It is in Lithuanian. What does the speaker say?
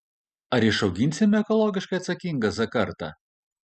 ar išauginsime ekologiškai atsakingą z kartą